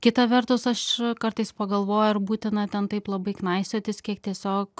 kita vertus aš kartais pagalvoju ar būtina ten taip labai knaisiotis kiek tiesiog